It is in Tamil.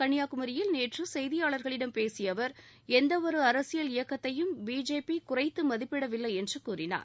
கன்னியாகுமரியில் நேற்று செய்தியாளர்களிடம் பேசிய அவர் எந்தவொரு அரசியல் இயக்கத்தையும் பிஜேபி குறைத்து மதிப்பிடவில்லை என்று கூறினார்